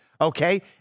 okay